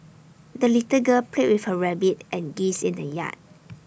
the little girl played with her rabbit and geese in the yard